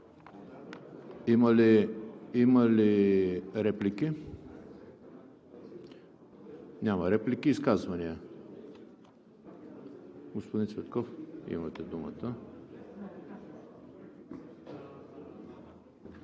Има ли реплики? Няма. Изказвания? Господин Цветков, имате думата.